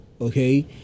okay